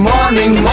Morning